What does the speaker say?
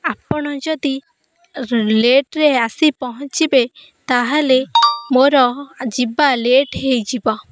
ଆପଣ ଯଦି ଲେଟ୍ରେ ଆସି ପହଞ୍ଚିବେ ତା'ହେଲେ ମୋର ଯିବା ଲେଟ୍ ହେଇଯିବ